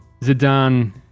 Zidane